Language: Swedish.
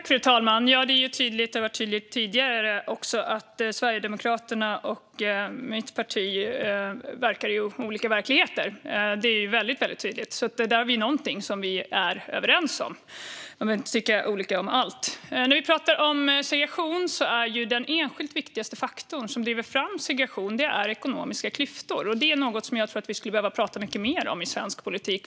Fru talman! Det är väldigt tydligt och har varit det också tidigare att Sverigedemokraterna och mitt parti verkar i olika verkligheter. Där har vi något som vi är överens om; man behöver inte tycka olika om allt. Den enskilt viktigaste faktor som driver fram segregation är ekonomiska klyftor, och detta är något som jag tror att vi skulle behöva prata mycket mer om i svensk politik.